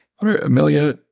Amelia